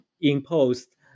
imposed